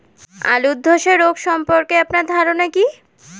আলু ধ্বসা রোগ সম্পর্কে আপনার ধারনা কী?